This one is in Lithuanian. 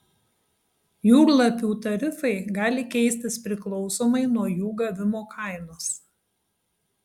jūrlapių tarifai gali keistis priklausomai nuo jų gavimo kainos